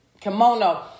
Kimono